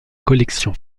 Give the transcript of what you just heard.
collection